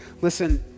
Listen